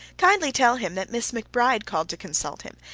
kindly tell him that miss mcbride called to consult him,